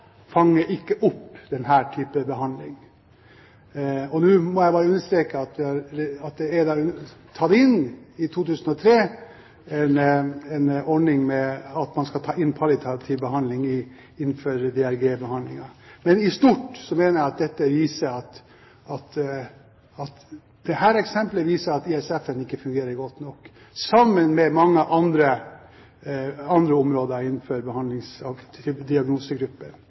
fanger ikke opp denne typen behandling. Nå må jeg bare understreke at det i 2003 er tatt inn en ordning med at man skal ha palliativ behandling innenfor DRG-behandlingen. Men dette eksemplet mener jeg viser at ISF ikke fungerer godt nok, sammen med mange andre områder innenfor behandlings- og diagnosegrupper.